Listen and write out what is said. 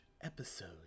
episode